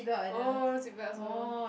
oh seat belt also